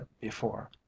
before